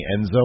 Enzo